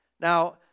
Now